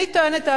אני טוענת,